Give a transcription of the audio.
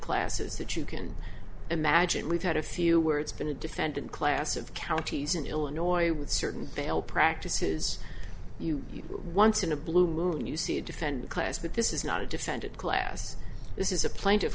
classes that you can imagine we've had a few where it's been a defendant class of counties in illinois with certain bell practices you once in a blue moon you see defend a class but this is not a defendant class this is a plaint